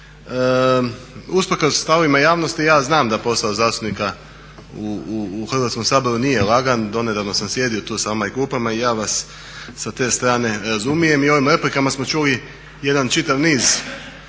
Usprkos stavovima javnosti ja znam da posao zastupnika u Hrvatskom saboru nije lagan, donedavno sam sjedio tu u ovim klupama i ja vas sa te strane razumijem, i u ovim replikama smo čuli jedan čitav niz